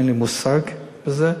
אין לי מושג בזה,